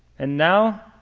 and now,